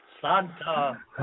Santa